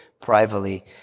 privately